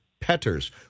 Petters